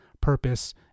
purpose